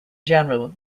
general